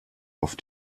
auf